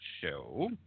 show